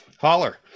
holler